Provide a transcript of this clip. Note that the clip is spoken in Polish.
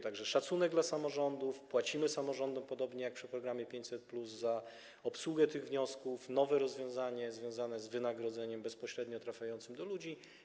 Tak że szacunek dla samorządów, płacimy samorządom, podobnie jak przy programie 500+, za obsługę tych wniosków, jest nowe rozwiązanie związane z wynagrodzeniem bezpośrednio trafiającym do ludzi.